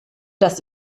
dass